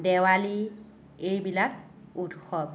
দেৱালী এইবিলাক উৎসৱ